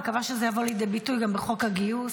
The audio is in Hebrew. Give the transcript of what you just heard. מקווה שזה יבוא לידי ביטוי גם בחוק הגיוס.